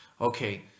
Okay